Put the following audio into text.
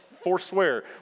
Forswear